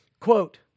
Quote